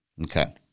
Okay